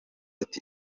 ati